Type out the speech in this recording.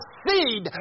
seed